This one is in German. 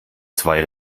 zwei